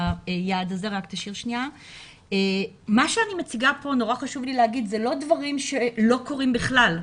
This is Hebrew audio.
חשוב לי להגיד שמה שאני מציגה פה זה לא דברים שלא קורים בכלל.